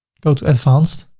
go to advanced,